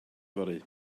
yfory